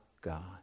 God